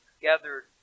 gathered